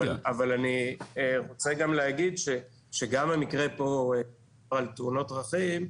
אבל אני רוצה גם להגיד שגם המקרה פה על תאונות דרכים,